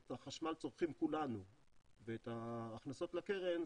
את החשמל צורכים כולנו וההכנסות לקרן,